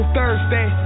Thursday